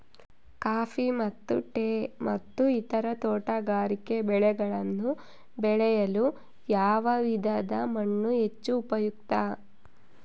Coffee ಮತ್ತು tea ಮತ್ತು ಇತರ ತೋಟಗಾರಿಕೆ ಬೆಳೆಗಳನ್ನು ಬೆಳೆಯಲು ಯಾವ ವಿಧದ ಮಣ್ಣು ಹೆಚ್ಚು ಉಪಯುಕ್ತ?